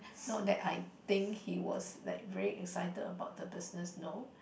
not that I think he was like very excited about the business no